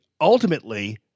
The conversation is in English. ultimately